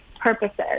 purposes